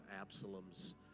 Absalom's